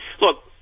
Look